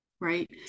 right